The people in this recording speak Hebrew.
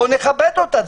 בואו נכבד אותה,